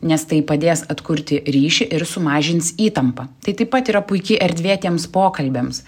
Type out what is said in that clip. nes tai padės atkurti ryšį ir sumažins įtampą tai taip pat yra puiki erdvė tiems pokalbiams